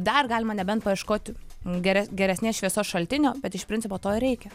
dar galima nebent paieškoti geres geresnės šviesos šaltinio bet iš principo to ir reikia